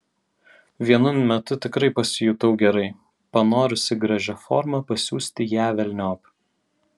vienu metu tikrai pasijutau gerai panorusi gražia forma pasiųsti ją velniop